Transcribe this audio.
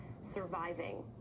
surviving